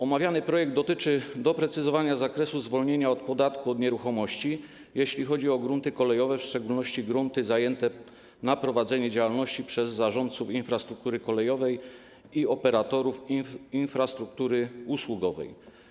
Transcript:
Omawiany projekt dotyczy doprecyzowania zakresu zwolnienia od podatku od nieruchomości, jeśli chodzi o grunty kolejowe, w szczególności grunty zajęte na prowadzenie działalności przez zarządców infrastruktury kolejowej i operatorów obiektów infrastruktury usługowej.